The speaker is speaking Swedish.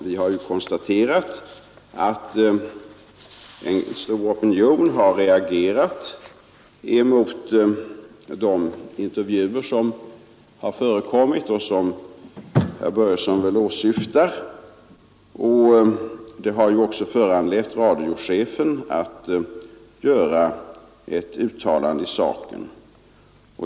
Vi har ju konstaterat att en stor opinion har reagerat mot de intervjuer som förekommit och som herr Börjesson i Falköping väl åsyftar. De har också föranlett radiochefen att göra ett uttalande i saken.